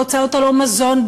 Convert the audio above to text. בהוצאות על המזון,